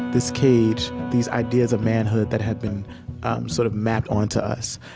this cage, these ideas of manhood that have been sort of mapped onto us.